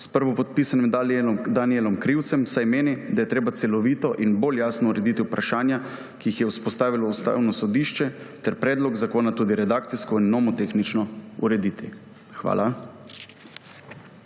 s prvopodpisanim Danijelom Krivcem, saj meni, da je treba celovito in bolj jasno urediti vprašanja, ki jih je vzpostavilo Ustavno sodišče, ter predlog zakona tudi redakcijsko in nomotehnično urediti. Hvala.